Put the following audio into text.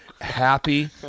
happy